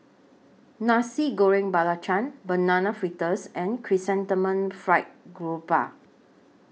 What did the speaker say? Nasi Goreng Belacan Banana Fritters and Chrysanthemum Fried Grouper